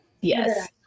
Yes